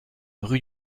rue